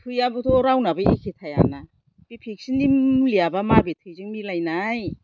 थैयाबोथ' रावहाबो एखे थायाना बे भेकचिननि मुलियाबा माबे थैजों मिलायनाय